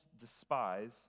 despise